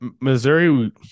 Missouri